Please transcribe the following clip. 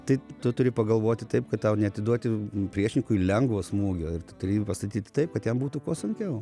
tai tu turi pagalvoti taip kad tau neatiduoti priešininkui lengvo smūgio ir tu turi jį pastatyti taip kad jam būtų kuo sunkiau